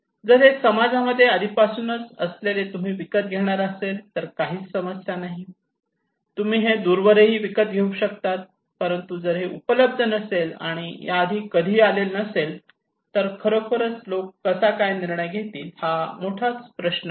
जर हे समाजामध्ये आधीपासूनच असलेले तुम्ही विकत घेणार असाल तर काहीच समस्या नाही तुम्ही हे दूरवरही विकत घेऊ शकतात परंतु जर हे उपलब्ध नसेल याआधी कधीही आलेले नसेल तर खरोखर लोक कसा काय निर्णय घेतील हा मोठा प्रश्न आहे